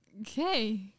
Okay